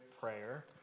prayer